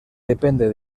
depende